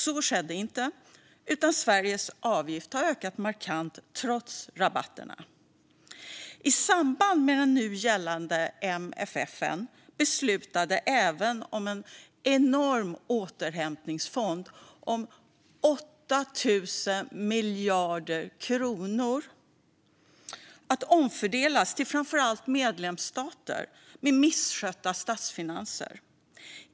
Så skedde inte, utan Sveriges avgift har ökat markant, trots "rabatterna". I samband med nu gällande MFF beslutades även om en enorm återhämtningsfond om 8 000 miljarder kronor att omfördelas till framför allt medlemsstater med misskötta statsfinanser.